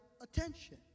attention